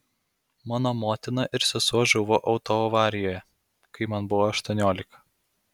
mano motina ir sesuo žuvo autoavarijoje kai man buvo aštuoniolika